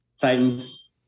Titans